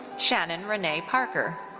shannon renee parker.